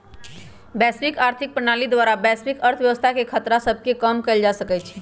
वैश्विक आर्थिक प्रणाली द्वारा वैश्विक अर्थव्यवस्था के खतरा सभके कम कएल जा सकइ छइ